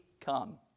come